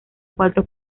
cuatro